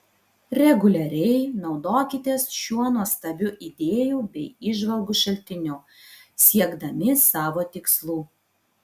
reguliariai naudokitės šiuo nuostabiu idėjų bei įžvalgų šaltiniu siekdami savo tikslų